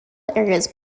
areas